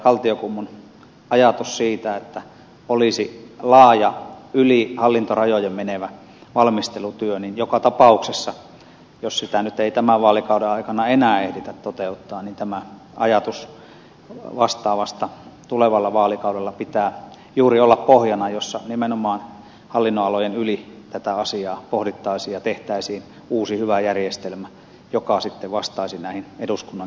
kaltiokummun ajatusta siitä että olisi laaja yli hallintorajojen menevä valmistelutyö nyt ei tämän vaalikauden aikana enää ehditä toteuttaa niin tämän ajatuksen vastaavasta tulevalla vaalikaudella pitää joka tapauksessa juuri olla pohjana jossa nimenomaan hallinnonalojen yli tätä asiaa pohdittaisiin ja tehtäisiin uusi hyvä järjestelmä joka sitten vastaisi näihin eduskunnankin toiveisiin